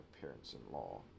parents-in-law